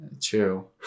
True